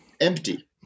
Empty